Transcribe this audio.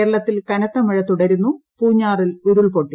കേരളത്തിൽ കനത്ത മഴ തുടരുന്നു പൂഞ്ഞാറിൽ ഉരുൾപൊട്ടി